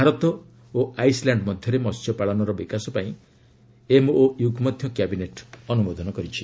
ଭାରତ ଓ ଆଇସଲ୍ୟାଣ୍ଡ ମଧ୍ୟରେ ମହ୍ୟ ପାଳନର ବିକାଶ ପାଇଁ ଏମ୍ଓୟୁକୁ ମଧ୍ୟ କ୍ୟାବିନେଟ୍ ଅନୁମୋଦନ କରିଛି